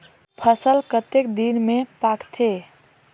फसल कतेक दिन मे पाकथे?